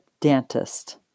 dentist